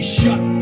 shut